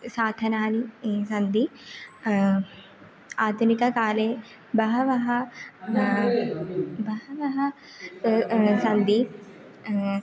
साधनानि सन्ति आधुनिककाले बहवः बहवः सन्ति